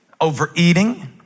overeating